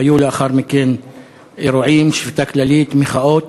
היו לאחר מכן אירועים, שביתה כללית, מחאות